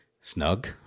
snug